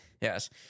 Yes